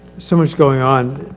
so much going on.